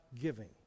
giving